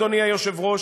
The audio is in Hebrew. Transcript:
אדוני היושב-ראש,